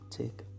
take